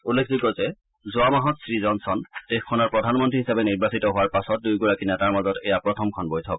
উল্লেখযোগ্য যে যোৱা মাহত শ্ৰীজনছন দেশখনৰ প্ৰধানমন্ত্ৰী হিচাপে নিৰ্বাচিত হোৱাৰ পাছত দুয়োগৰাকী নেতাৰ মাজত এয়া প্ৰথমখন বৈঠক